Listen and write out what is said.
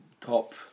top